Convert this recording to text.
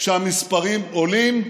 שהמספרים עולים,